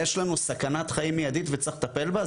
יש לנו סכנת חיים מיידית וצריך לטפל בה,